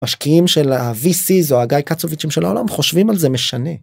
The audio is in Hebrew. משקיעים של ה VCs או הגיא קצוביצ'ים של העולם חושבים על זה משנה.